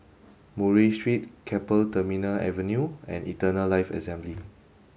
Murray Street Keppel Terminal Avenue and Eternal Life Assembly